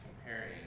comparing